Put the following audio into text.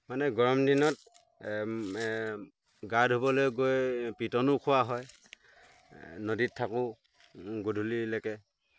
মানে গৰম দিনত গা ধুবলৈ গৈ পিটনো খোৱা হয় নদীত থাকোঁ গধূলিলৈকে